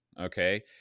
okay